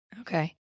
Okay